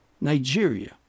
Nigeria